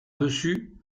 dessus